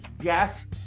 yes